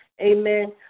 Amen